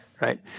right